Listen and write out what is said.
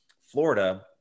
Florida